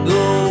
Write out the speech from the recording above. go